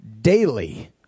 daily